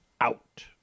out